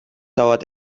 dauert